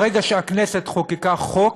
ברגע שהכנסת חוקקה חוק